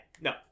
no